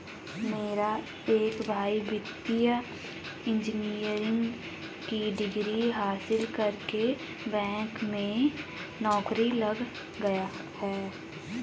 मेरा एक भाई वित्तीय इंजीनियरिंग की डिग्री हासिल करके बैंक में नौकरी लग गया है